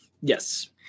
yes